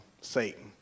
Satan